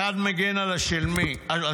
אחד מגן על השני,